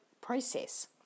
process